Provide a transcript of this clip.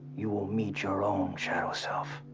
you will meet your own shadow self.